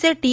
चे टी